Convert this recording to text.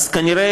אז כנראה,